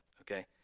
okay